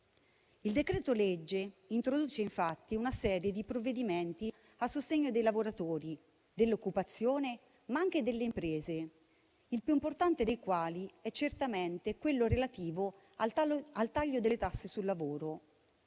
Il decreto-legge introduce una serie di provvedimenti a sostegno dei lavoratori, dell'occupazione, ma anche delle imprese, il più importante dei quali è certamente quello relativo al taglio delle tasse sul lavoro.